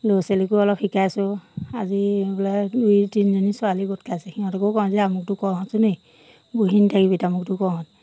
ল'ৰা ছোৱালীকো অলপ শিকাইছোঁ আজি বোলে দুই তিনিজনী ছোৱালী গোট খাইছে সিহঁতকো কওঁ যে আমুকটো কৰোচোন বহি নাথাকিবি তামুকটো কৰ